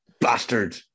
bastard